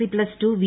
C plus two V